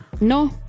no